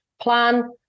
plan